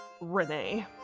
Renee